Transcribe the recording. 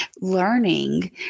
learning